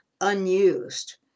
unused